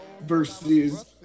versus